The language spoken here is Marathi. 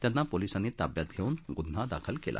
त्यांना पोलिसांनी ताब्यात घेतले आणि गुन्हा दाखल केला